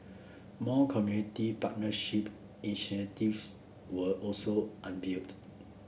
more community partnership initiatives were also unveiled